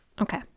okay